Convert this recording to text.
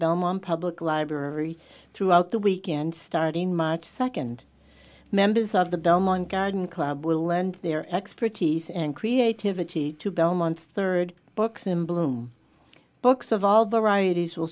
belmont public library throughout the weekend starting march second members of the belmont garden club will lend their expertise and creativity to belmont's third books in bloom books of all varieties will